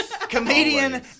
Comedian